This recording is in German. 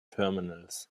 terminals